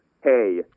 hey